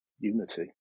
unity